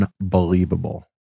unbelievable